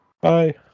Bye